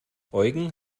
eugen